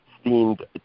steamed